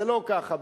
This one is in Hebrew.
זה לא ככה.